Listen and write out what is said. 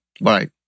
Right